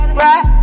right